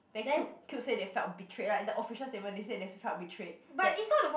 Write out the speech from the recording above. then Cube Cube said they felt betrayed the official statement they said they felt betrayed that